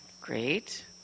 great